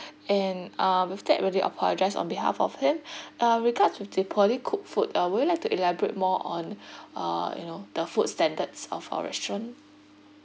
and um with that really apologise on behalf of him uh regards with the poorly cooked food uh would you like to elaborate more on uh you know the food standards of our restaurant